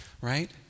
right